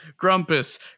Grumpus